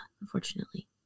unfortunately